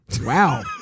Wow